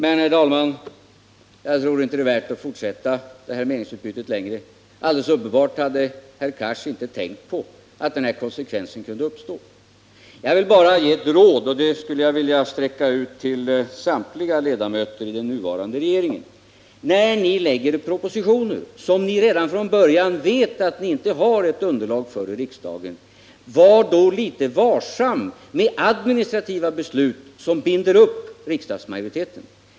Men jag tror inte, herr talman, att det är värt att fortsätta det här meningsutbytet längre. Det är alldeles uppenbart att herr Cars inte hade tänkt på att den här konsekvensen kunde uppstå. Jag vill bara ge ett råd, och det skulle jag vilja ge samtliga ledamöter i den nuvarande regeringen: När ni lägger fram propositioner för vilka ni redan från början vet att det saknas underlag i riksdagen, var då litet varsamma med administrativa beslut, som binder upp riksdagsmajoriteten.